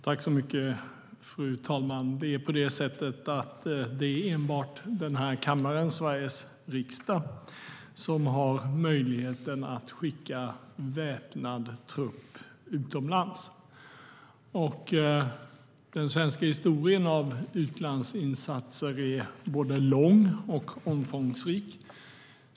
Fru talman! Det är enbart den här kammaren, Sveriges riksdag, som har möjligheten att skicka väpnad trupp utomlands. Den svenska historien av utlandsinsatser är både lång och omfångsrik.